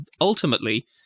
ultimately